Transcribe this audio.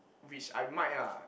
which I might ah